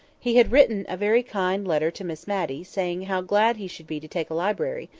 he had written a very kind letter to miss matty, saying how glad he should be to take a library,